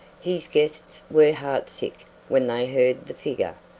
his guests were heartsick when they heard the figure,